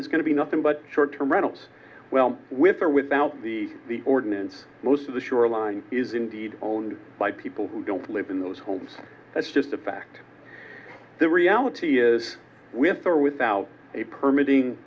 is going to be nothing but short term reynolds well with or without the ordinance most of the shoreline is indeed owned by people who don't live in those homes that's just a fact the reality is with or without a permit ing